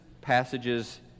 passages